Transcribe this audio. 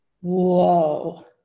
whoa